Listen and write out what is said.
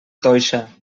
toixa